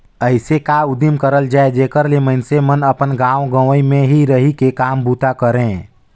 अइसे का उदिम करल जाए जेकर ले मइनसे मन अपन गाँव गंवई में ही रहि के काम बूता करें